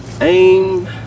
Aim